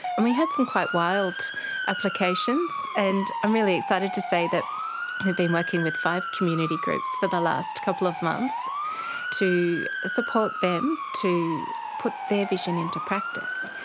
and we had some quite wild applications, and i'm really excited to say that we've been working with five community groups for the last couple of months to support them, to put their vision into practice.